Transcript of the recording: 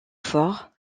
fort